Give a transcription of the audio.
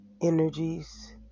energies